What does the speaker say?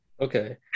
Okay